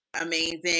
amazing